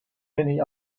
many